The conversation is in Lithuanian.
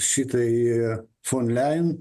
šitai fonlein